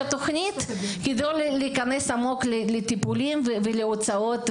התוכנית כדי לא להיכנס עמוק לטיפולים ולהוצאות,